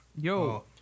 Yo